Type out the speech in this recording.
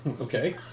Okay